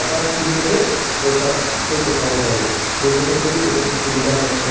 এটা ক্লিকতে পইচাটো পঠাব পাৰি সেইবোৰ ক্ষেত্ৰতো বহুত সুবিধা হৈছে